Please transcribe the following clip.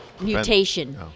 mutation